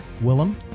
Willem